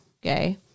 gay